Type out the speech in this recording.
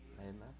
Amen